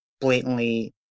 blatantly